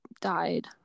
died